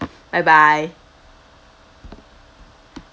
bye bye